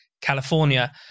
California